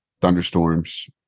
thunderstorms